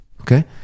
Okay